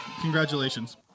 Congratulations